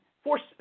Force